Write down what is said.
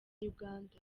uganda